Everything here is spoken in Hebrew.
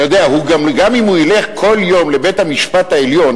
אתה יודע, גם אם הוא ילך כל יום לבית-המשפט העליון